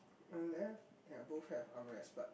on earth ya both have are unrest but